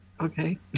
Okay